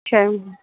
चयऊं ह